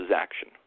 action